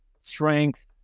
strength